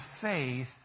faith